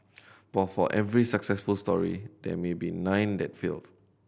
but for every successful story there may be nine that failed